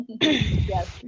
Yes